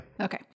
Okay